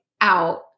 out